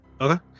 Okay